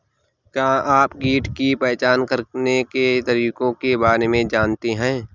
क्या आप कीट की पहचान करने के तरीकों के बारे में जानते हैं?